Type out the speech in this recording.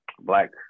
black